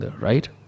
right